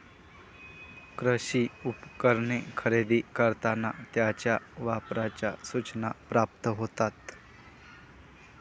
कृषी उपकरणे खरेदी करताना त्यांच्या वापराच्या सूचना प्राप्त होतात